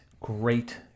great